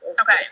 Okay